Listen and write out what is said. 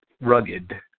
rugged